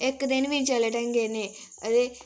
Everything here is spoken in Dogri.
इक दिन बी नी चले न ढंगे ते अदे